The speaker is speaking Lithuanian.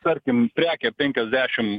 tarkim prekė penkiasdešim